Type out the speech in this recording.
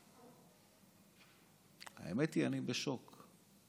האמת, אני בשוק.